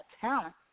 talent